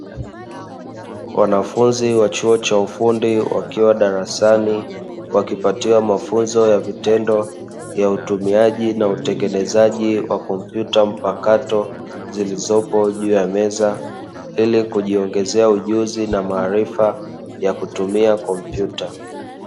Wanafunzi wa chuo cha ufundi wakiwa darasani wakipatiwa mafunzo ya vitendo ya utumiaji na utengenezaji wa kompyuta mpakato zilizopo juu ya meza, ili kujiongezea ujuzi na maarifa ya kutumia kompyuta.